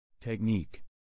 Technique